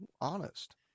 honest